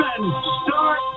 Start